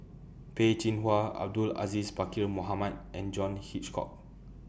Peh Chin Hua Abdul Aziz Pakkeer Mohamed and John Hitchcock